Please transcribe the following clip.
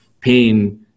pain